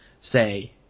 say